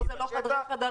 פה זה לא חדרי חדרים.